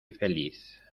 feliz